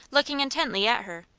looking intently at her.